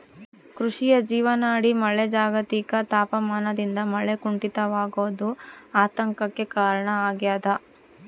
ಕೃಷಿಯ ಜೀವನಾಡಿ ಮಳೆ ಜಾಗತಿಕ ತಾಪಮಾನದಿಂದ ಮಳೆ ಕುಂಠಿತವಾಗೋದು ಆತಂಕಕ್ಕೆ ಕಾರಣ ಆಗ್ಯದ